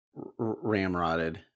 ramrodded